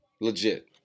Legit